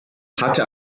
hatte